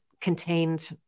contained